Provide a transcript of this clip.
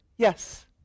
Yes